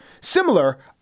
similar